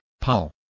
Paul